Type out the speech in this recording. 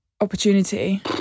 opportunity